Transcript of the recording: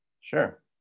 Sure